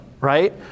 right